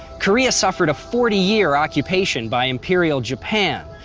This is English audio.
korea suffered a forty year occupation by imperial japan,